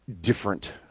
different